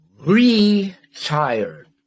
retired